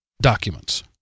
documents